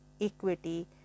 equity